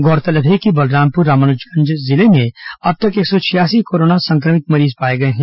गौरतलब है कि बलरामपुर रामानुजगंज जिले में अब तक एक सौ छियासी कोरोना संक्रमित मरीज पाए गए हैं